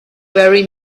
very